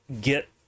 get